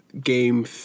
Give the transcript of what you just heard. game